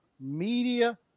media